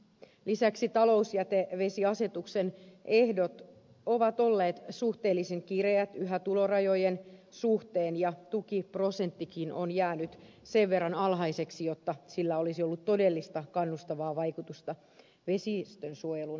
lisäksi talousjätevesiasetuksen ehdot ovat olleet yhä suhteellisen kireät tulorajojen suhteen ja tukiprosenttikin on jäänyt sen verran alhaiseksi ettei sillä olisi ollut todellista kannustavaa vaikutusta vesistönsuojelun osalta